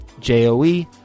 J-O-E